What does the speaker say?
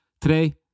Today